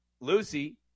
Lucy